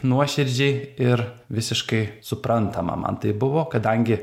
nuoširdžiai ir visiškai suprantama man tai buvo kadangi